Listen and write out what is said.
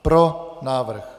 Pro návrh.